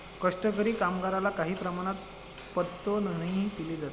कष्टकरी कामगारला काही प्रमाणात पदोन्नतीही दिली जाते